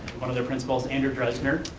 one of their principals, andrew dresdner,